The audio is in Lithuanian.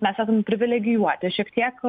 mes esam privilegijuoti šiek tiek